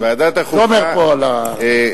למעשה,